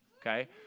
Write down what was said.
okay